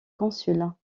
consuls